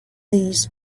these